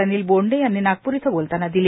अनिल बोंडे यांनी नागप्र इथं बोलतांना दिली